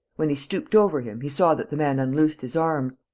when he stooped over him, he saw that the man unloosed his arms.